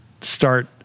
start